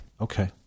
Okay